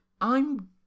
I'm